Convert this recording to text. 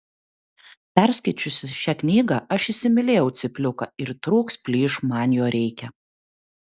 perskaičiusi šią knygą aš įsimylėjau cypliuką ir trūks plyš man jo reikia